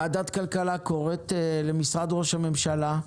ועדת כלכלה קוראת למשרד ראש הממשלה,